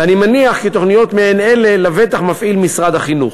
ואני מניח כי תוכניות מעין אלה מפעיל לבטח משרד החינוך.